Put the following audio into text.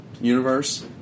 universe